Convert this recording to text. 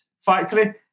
Factory